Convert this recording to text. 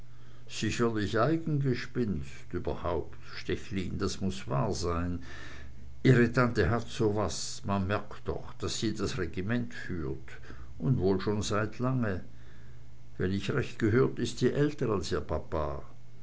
sicherlich eigengespinst überhaupt stechlin das muß wahr sein ihre tante hat so was man merkt doch daß sie das regiment führt und wohl schon seit lange wenn ich recht gehört ist sie älter als ihr papa